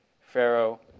Pharaoh